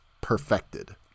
perfected